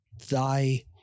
Thy